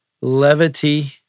levity